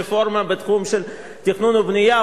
רפורמה בתחום התכנון והבנייה,